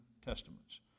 testaments